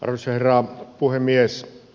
arvoisa herra puhemies